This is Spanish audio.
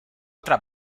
otra